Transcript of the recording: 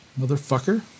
motherfucker